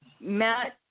Matt